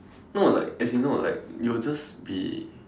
no like as in no like you will just be